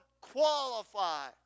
qualify